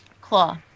Claw